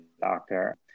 doctor